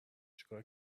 چیکار